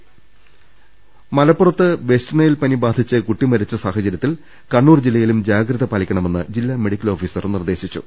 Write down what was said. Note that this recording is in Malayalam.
രുട്ടിട്ട്ട്ട്ട്ട്ട്ട മലപ്പുറത്ത് വെസ്റ്റ്നൈൽ പനി ബാധിച്ച് കുട്ടി മരിച്ച സാഹചര്യത്തിൽ കണ്ണൂർ ജില്ലയിലും ജാഗ്രത പാലിക്കണമെന്ന് ജില്ലാ മെഡിക്കൽ ഓഫീസർ നിർദ്ദേശിച്ചു